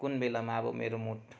कुन बेलामा अब मेरो मुड